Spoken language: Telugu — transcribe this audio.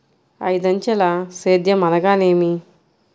ఐదంచెల సేద్యం అనగా నేమి?